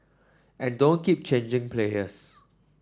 and don't keep changing players